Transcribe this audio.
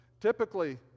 typically